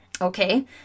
Okay